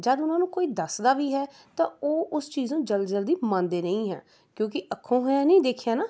ਜਦ ਉਹਨਾਂ ਨੂੰ ਕੋਈ ਦੱਸਦਾ ਵੀ ਹੈ ਤਾਂ ਉਹ ਉਸ ਚੀਜ਼ ਨੂੰ ਜਲਦੀ ਜਲਦੀ ਮੰਨਦੇ ਨਹੀਂ ਹੈ ਕਿਉਂਕਿ ਅੱਖੋਂ ਹੋਇਆ ਨਹੀਂ ਦੇਖਿਆ ਨਾ